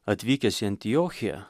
atvykęs į antiochiją